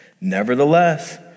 Nevertheless